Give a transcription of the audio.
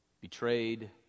betrayed